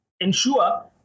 Ensure